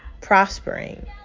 prospering